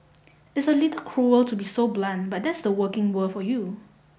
It's a little cruel to be so blunt but that's the working world for you